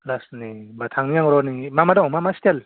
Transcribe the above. just नों होनबा थांनि र' आं मा मा दं मा मा स्टाइल